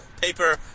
Paper